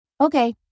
Okay